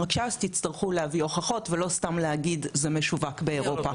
רק שאז תצטרכו להביא הוכחות ולא סתם להגיש זה משווק באירופה.